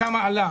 כמה עלה,